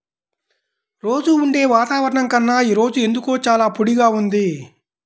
రోజూ ఉండే వాతావరణం కన్నా ఈ రోజు ఎందుకో చాలా పొడిగా ఉంది